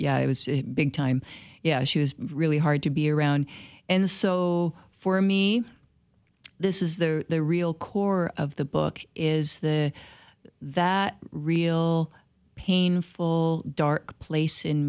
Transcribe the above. yeah it was big time yeah she was really hard to be around and so for me this is the real core of the book is the that real painful dark place in